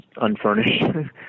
unfurnished